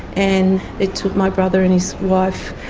and it took my brother and his wife,